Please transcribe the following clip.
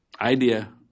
idea